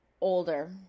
Older